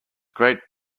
great